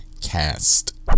cast